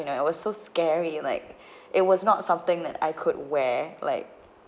you know it was so scary like it was not something that I could wear like